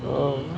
oh